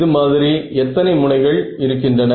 இது மாதிரி எத்தனை முனைகள் இருக்கின்றன